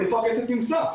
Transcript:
איפה הכסף נמצא?